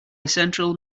central